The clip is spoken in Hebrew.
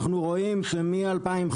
אנחנו רואים שמ-2015,